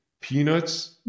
peanuts